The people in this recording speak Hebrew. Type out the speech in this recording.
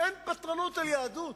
אין פטרונות על היהדות.